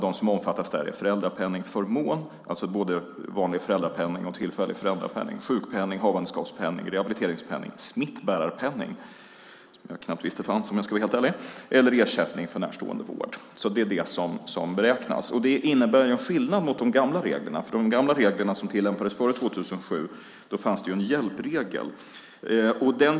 Det som omfattas är föräldrapenningsförmån, alltså vanlig föräldrapenning och tillfällig föräldrapenning, sjukpenning, havandeskapspenning, rehabiliteringspenning, smittbärarpenning, som jag knappt visste fanns om jag ska vara helt ärlig, och ersättning för närstående vård. Det innebär en skillnad mot de gamla reglerna, för i de gamla reglerna som tillämpades före 2007 fanns det en hjälpregel.